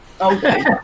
okay